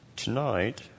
Tonight